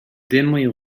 dimly